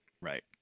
Right